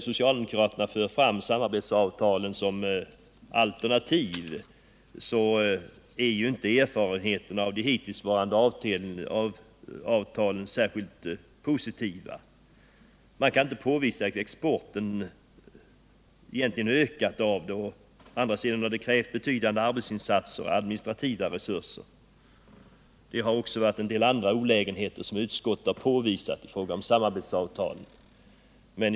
Socialdemokraterna för fram samarbetsavtalen såsom alternativ, men erfarenheterna av de hittillsvarande avtalen är inte särskilt positiva. Man kan inte påvisa att exporten har ökat genom dem. De har dock krävt betydande arbetsinsatser och administrativa resurser. Utskottet har också påvisat en del andra olägenheter med samarbetsavtalen.